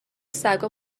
سگا